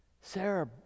Sarah